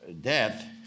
death